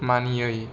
मानियै